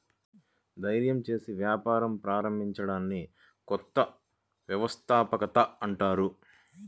ధైర్యం చేసి వ్యాపారం ప్రారంభించడాన్ని కొత్త వ్యవస్థాపకత అంటారు